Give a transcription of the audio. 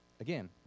Again